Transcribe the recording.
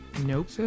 Nope